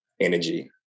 energy